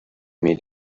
mir